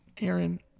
Aaron